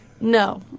No